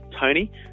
tony